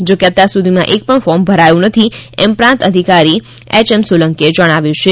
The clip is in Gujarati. જોકે અત્યાર સુધીમાં એક પણ ફોર્મ ભરાયું નથી એમ પ્રાંત અધિકારી એય એમ સોલંકી એ જણાવ્યુ છે